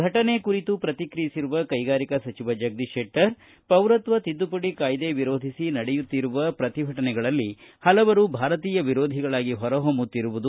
ಫಟನೆ ಕುರಿತು ಪ್ರತಿಕ್ರಿಯಿಸಿರುವ ಕೈಗಾರಿಕಾ ಸಚಿವ ಜಗದೀಶ ಶೆಟ್ಟರ್ ಪೌರತ್ವ ತಿದ್ದುಪಡಿ ಕಾಯ್ದೆ ವಿರೋಧಿಸಿ ನಡೆಯುತ್ತಿರುವ ಜಾಥಾಗಳಲ್ಲಿ ಹಲವರು ಭಾರತೀಯ ವಿರೋಧಿಗಳಾಗಿ ಹೊರಹೊಮ್ಮತ್ತಿರುವುದು